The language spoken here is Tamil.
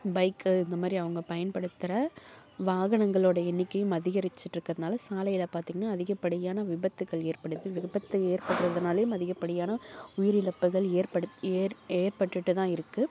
பைக்கு இந்த மாதிரி அவங்க பயன்படுத்துகிற வாகனங்களோடய எண்ணிக்கையும் அதிகரிச்சுட்டு இருக்கிறதனால சாலையில் பார்த்தீங்கனா அதிகபடியான விபத்துக்கள் ஏற்படுது விபத்து ஏற்படுறதுனாலயே அதிகப்படியான உயிர் இழப்புகள் ஏற்படு ஏற் ஏற்பட்டுட்டு தான் இருக்குது